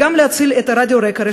להציל את רדיו רק"ע,